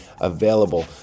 available